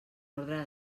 ordre